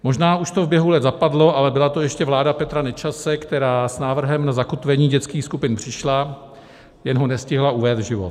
Možná už to v běhu let zapadlo, ale byla to ještě vláda Petra Nečase, která s návrhem na zakotvení dětských skupin přišla, jen ho nestihla uvést v život.